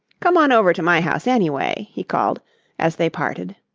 come on over to my house, anyway, he called as they parted.